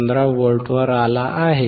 15V वर आला आहे